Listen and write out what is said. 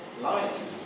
life